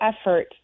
effort